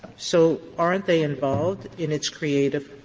so aren't they involved in its creative